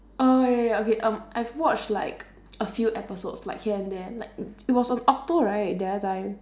oh ya ya okay um I've watched like a few episodes like here and there like it was on okto right the other time